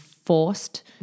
Forced